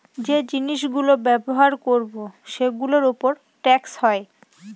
যে জিনিস গুলো ব্যবহার করবো সেগুলোর উপর ট্যাক্স হয়